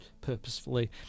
purposefully